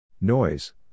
Noise